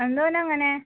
എന്താണ് ഓൻ അങ്ങനെ